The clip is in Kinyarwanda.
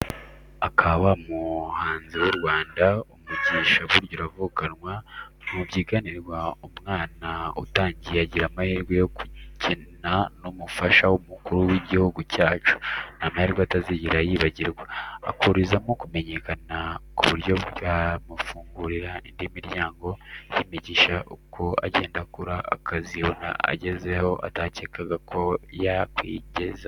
Aka wa muhanzi w'Umunyarwanda, umugisha burya uravukanwa, ntubyiganirwa, umwana utangiye agira amahirwe yo gukina n'umufasha w'Umukuru w'igihugu cyacu, ni amahirwe atazigera yibagirwa, akurizamo kumenyekana ku buryo byamufungurira indi miryango y'imigisha uko agenda akura, akazibona ageze aho atakekaga ko yakwigeza.